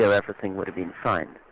so everything would have been fine.